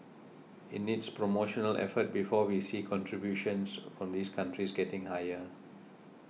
it needs promotional effort before we see contributions from these countries getting higher